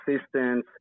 assistance